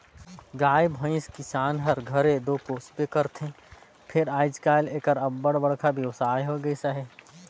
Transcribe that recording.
गाय भंइस किसान हर घरे दो पोसबे करथे फेर आएज काएल एकर अब्बड़ बड़खा बेवसाय होए गइस अहे